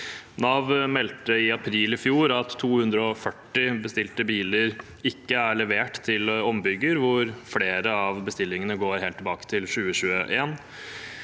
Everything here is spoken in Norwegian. Nav meldte i april i fjor at 240 bestilte biler ikke er levert til ombygger, og flere av bestillingene går helt tilbake til 2021.